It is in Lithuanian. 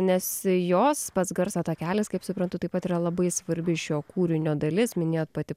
nes jos pats garso takelis kaip suprantu taip pat yra labai svarbi šio kūrinio dalis minėjot pati